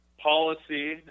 Policy